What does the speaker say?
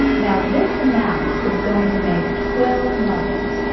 now, this amount is going to make twelve muffins,